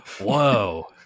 Whoa